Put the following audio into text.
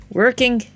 working